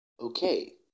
okay